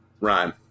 Rhyme